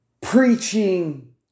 preaching